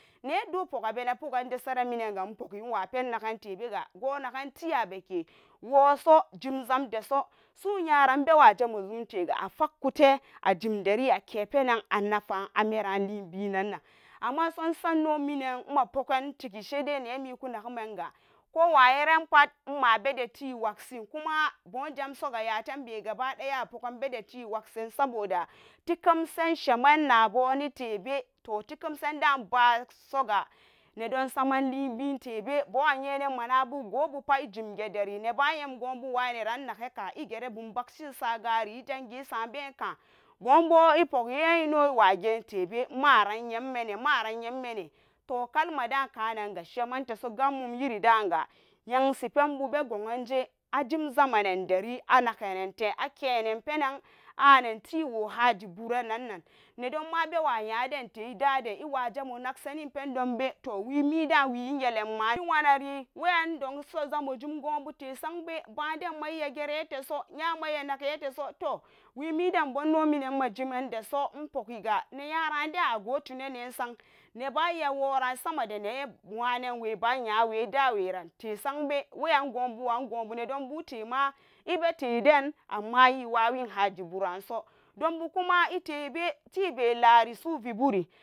Ne do inpukgu abene pugan welula penagun lebe gunagan texa beke wosojim zam deso sunyaran nmaba zamu sumga afackote kepenon merale binnanan amma so gat minanma kuntigi sai dai iye nagumuga ku wayeran pate waksin bum jamso ga yatembe gabadaya abuganbad tekemsen saboda likamsenshiman nabuni lebe to hiremsen da baso ga ne dom saman libin lebe buna yenen gopat ijim gede dari neba gubu waine ran igere bu bon basin sangari inzangi isambe nyaga bun bo ipukgi nuwagentebe maran marana to kal madankaran shemanteso gamu yerimun dan ga yanshi penan guji ajin kana deri agnagane ake ne mpennan a tewo hajiburannan nedomman bewa nya dem te idan den den iwa nishine pindom pendombe inyana waxan don so ban demma iyageranteso to inno mina inpuga ne nyaran den ago tunane sa neba iya wuran sama da nyenwanan we da we ran tesam be weyan and gumb ibeleden iwawen dumbu kuma tebe lare.